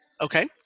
Okay